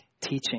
teaching